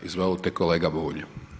Izvolite kolega Bulj.